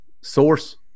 source